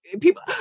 people